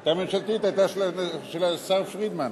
היתה ממשלתית, היתה של השר פרידמן.